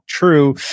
True